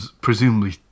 presumably